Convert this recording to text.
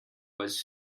was